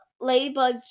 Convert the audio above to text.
Ladybug